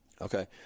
Okay